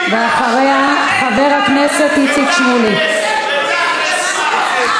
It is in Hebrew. מה זה מבקשת?